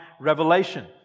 revelation